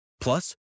Plus